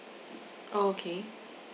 okay